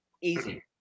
Easy